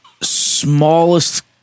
smallest